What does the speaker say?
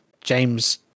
james